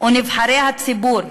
ונבחרי הציבור,